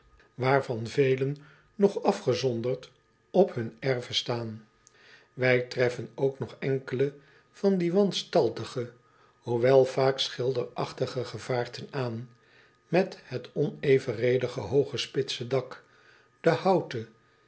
waarvan velen nog afgezonderd op hun erve staan ij treffen ook nog enkelen van die wanstaltige hoewel vaak schilderachtige gevaarten aan met het onevenredig hooge spitse dak den houten